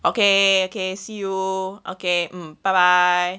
okay okay see you okay bye bye